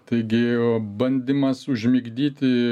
taigi bandymas užmigdyti